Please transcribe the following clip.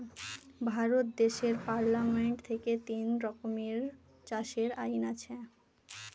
ভারত দেশের পার্লামেন্ট থেকে তিন রকমের চাষের আইন আছে